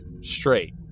straight